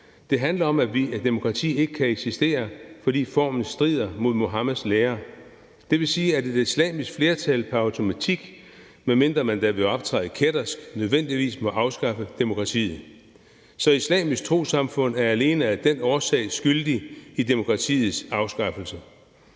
Det handler om, at vi, et demokrati, ikke kan eksistere, fordi formen strider mod Muhammeds lære. Det vil sige, at et islamisk flertal pr. automatik, medmindre man da vil optræde kættersk, nødvendigvis må afskaffe demokratiet. Så Islamisk Trossamfund er alene af den grund skyldig i demokratiets afskaffelse.